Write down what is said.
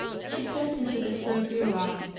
she turned, and took a survey around.